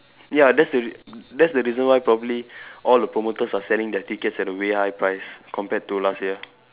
ya that's the re that's the reason why probably all the promoters are selling their tickets at a way high price compared to last year